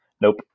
Nope